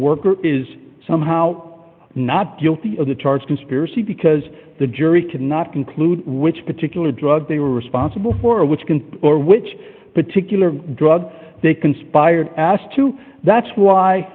worker is somehow not guilty of the charge conspiracy because the jury cannot conclude which particular drug they were responsible for which can or which particular drug they conspired asked to that's why